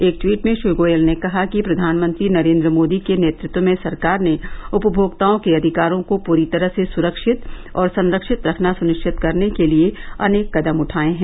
एक ट्वीट में श्री गोयल ने कहा कि प्रधानमंत्री नरेन्द्र मोदी के नेतृत्व में सरकार ने उपभोक्ताओं के अधिकारों को पूरी तरह से सुरक्षित और संरक्षित रखना सुनिश्चित करने के लिए अनेक कदम उठाए हैं